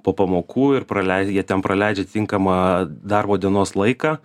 po pamokų ir pralei jie ten praleidžia atitinkamą darbo dienos laiką